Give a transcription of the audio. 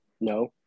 No